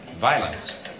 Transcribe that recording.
Violence